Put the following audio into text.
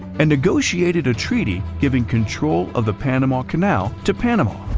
and negotiated a treaty giving control of the panama canal to panama,